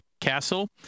Castle